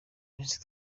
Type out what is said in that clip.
iminsi